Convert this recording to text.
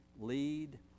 lead